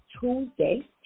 Tuesday